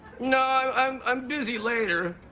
no. i'm i'm busy later.